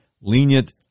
lenient